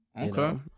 okay